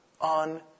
on